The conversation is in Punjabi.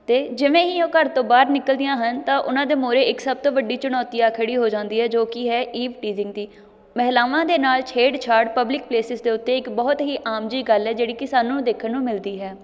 ਅਤੇ ਜਿਵੇਂ ਹੀ ਉਹ ਘਰ ਤੋਂ ਬਾਹਰ ਨਿਕਲਦੀਆਂ ਹਨ ਤਾਂ ਉਹਨਾਂ ਦੇ ਮੂਹਰੇ ਇੱਕ ਸਭ ਤੋਂ ਵੱਡੀ ਚੁਣੌਤੀ ਆ ਖੜੀ ਹੋ ਜਾਂਦੀ ਹੈ ਜੋ ਕਿ ਹੈ ਈਵ ਟੀਜ਼ਿੰਗ ਦੀ ਮਹਿਲਾਵਾਂ ਦੇ ਨਾਲ ਛੇੜ ਛਾੜ ਪਬਲਿਕ ਪਲੇਸਿਸ ਦੇ ਉੱਤੇ ਇੱਕ ਬਹੁਤ ਹੀ ਆਮ ਜੀ ਗੱਲ ਹੈ ਜਿਹੜੀ ਕਿ ਸਾਨੂੰ ਦੇਖਣ ਨੂੰ ਮਿਲਦੀ ਹੈ